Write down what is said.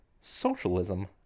socialism